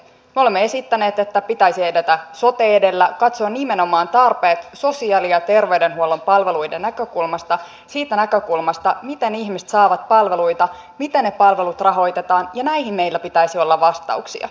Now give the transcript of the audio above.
me olemme esittäneet että pitäisi edetä sote edellä katsoa nimenomaan tarpeet sosiaali ja terveydenhuollon palveluiden näkökulmasta siitä näkökulmasta miten ihmiset saavat palveluita miten ne palvelut rahoitetaan ja näihin meillä pitäisi olla vastauksia